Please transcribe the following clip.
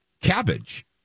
cabbage